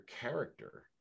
character